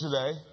today